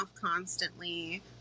constantly